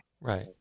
Right